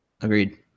Agreed